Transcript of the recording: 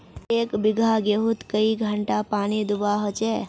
एक बिगहा गेँहूत कई घंटा पानी दुबा होचए?